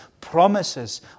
promises